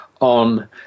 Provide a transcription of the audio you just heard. on